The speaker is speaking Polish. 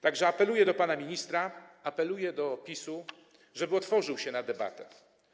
Tak że apeluję do pana ministra, apeluję do PiS, żeby otworzył się na debatę.